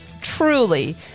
truly